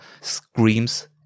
screams